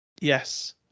Yes